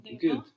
Good